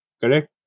Correct